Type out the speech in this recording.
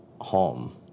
home